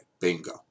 Bingo